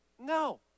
No